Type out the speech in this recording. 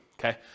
Okay